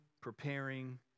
preparing